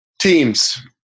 Teams